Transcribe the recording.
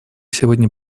сегодня